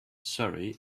surrey